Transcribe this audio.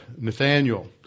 Nathaniel